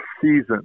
season